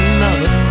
love